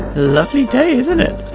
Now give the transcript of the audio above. lovely day, isn't it.